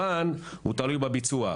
המזומן תלוי בביצוע,